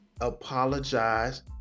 apologize